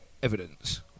Evidence